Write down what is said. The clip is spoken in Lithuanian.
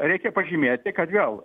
reikia pažymėti kad vėl